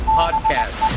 podcast